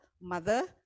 mother